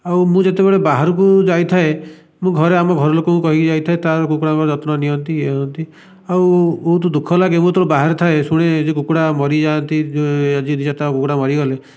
ଆଉ ମୁଁ ଯେତେବେଳେ ଵାହରକୁ ଯାଇଥାଏ ମୁଁ ଆମେ ଆମ ଘର ଲୋକଙ୍କୁ କହିକି ଯାଇଥାଏ ତାର କୁକୁଡ଼ାଙ୍କ ଯତ୍ନ ନିଅନ୍ତି ଏ ନିଅନ୍ତି ଆଉ ବହୁତ ଦୁଃଖ ଲାଗେ ମୁଁ ଯେତେବେଳେ ବାହାରେ ଥାଏ ଶୁଣେ ଯେ କୁକୁଡ଼ା ମରି ଯାଆନ୍ତି ଯେ ତିନି ଚାରିଟା କୁକୁଡ଼ା ମରିଗଲେ